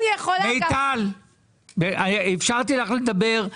מיטל, אפשרתי לך לדבר.